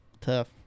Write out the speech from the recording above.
Tough